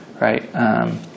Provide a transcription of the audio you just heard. Right